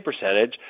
percentage